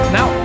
Now